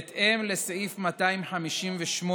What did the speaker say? בהתאם לסעיף 258(ד)